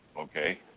okay